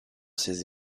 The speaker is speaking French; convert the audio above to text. ces